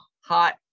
hot